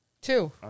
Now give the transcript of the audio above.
Two